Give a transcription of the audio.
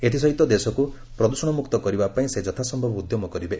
ଏଥିସହିତ ଦେଶକୁ ପ୍ରଦୃଷଣମୁକ୍ତ କରିବା ପାଇଁ ସେ ଯଥାସ୍ୟବ ଉଦ୍ୟମ କରିବେ